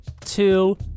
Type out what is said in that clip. two